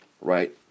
right